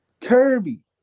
Kirby